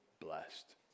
blessed